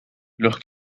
los